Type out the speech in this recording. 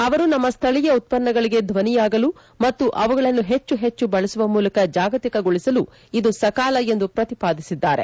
ಅವರು ನಮ್ನ ಸ್ಥಳೀಯ ಉತ್ಪನ್ನಗಳಿಗೆ ಧ್ವನಿಯಾಗಲು ಮತ್ತು ಅವುಗಳನ್ನು ಹೆಚ್ಚು ಹೆಚ್ಚು ಬಳಸುವ ಮೂಲಕ ಜಾಗತಿಕಗೊಳಿಸಲು ಇದು ಸಕಾಲ ಎಂದು ಪ್ರತಿಪಾದಿಸಿದ್ದಾರೆ